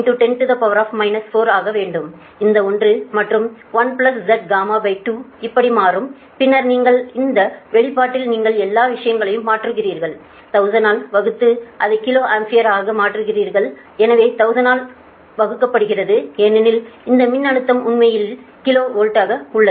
094 10 4 ஆகவேண்டும் இந்த ஒன்று மற்றும் 1ZY2 இப்படி மாறும் பின்னர் நீங்கள் அந்த வெளிப்பாட்டில் நீங்கள் எல்லா விஷயங்களையும் மாற்றுகிறீர்கள் 1000 ஆல் வகுத்து அதை கிலோ ஆம்பியர் ஆக மாற்றுகிறீர்கள் எனவே 1000 தால் வகுக்கப்படுகிறது ஏனெனில் இந்த மின்னழுத்தம் உண்மையில் கிலோ வோல்டில் உள்ளது